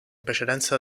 precedenza